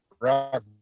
Rock